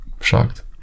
shocked